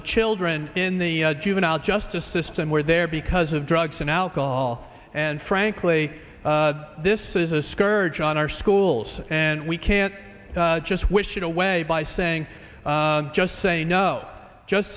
the children in the juvenile justice system where there because of drugs and alcohol and frankly this is a scourge on our schools and we can't just wish it away by saying just say no just